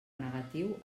negatiu